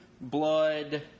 blood